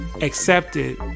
accepted